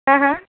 हाँ हाँ